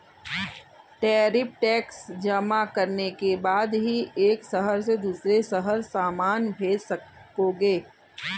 tariff tax जमा करने के बाद ही एक शहर से दूसरे शहर सामान भेज सकोगे